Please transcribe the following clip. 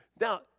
Now